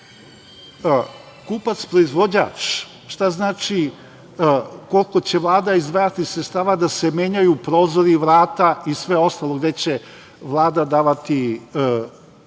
kupac proizvođač, šta znači koliko će Vlada izdvajati sredstava da se menjaju prozori, vrata i sve ostalo gde će Vlada davati 25%,